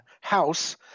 house